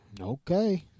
okay